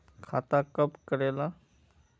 खाता कब करेला?